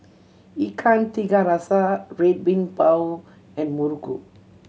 Ikan Tiga Rasa Red Bean Bao and muruku